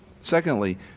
Secondly